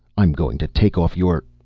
i'm going to take off your